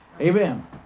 Amen